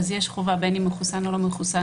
יש חובה בין אם מחוסן או לא מחוסן,